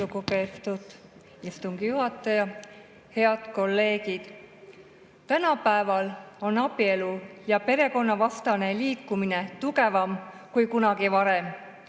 lugupeetud istungi juhataja! Head kolleegid! Tänapäeval on abielu- ja perekonnavastane liikumine tugevam kui kunagi varem.